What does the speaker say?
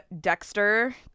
Dexter